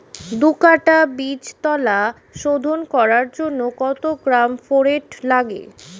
দু কাটা বীজতলা শোধন করার জন্য কত গ্রাম ফোরেট লাগে?